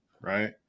right